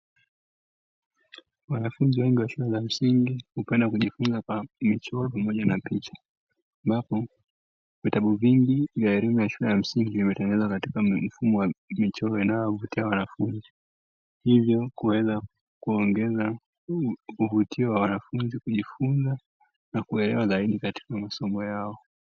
Wanafunzi wengi wa shule ya msingi hupenda kujifunza kwa michoro pamoja na picha, ambapo vitabu vingi vya elimu ya shule ya msingi vimetengenezwa katika mfumo wa michoro ili kuwavutia wanafunzi hvyo kuweza kuongeza uvutio wa wanafunzi kujifunza na kuelewa zaidi katika somo yao.